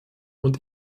und